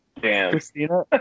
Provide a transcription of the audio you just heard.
Christina